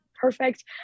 perfect